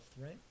right